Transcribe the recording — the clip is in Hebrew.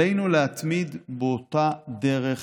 עלינו להתמיד באותה דרך